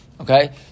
okay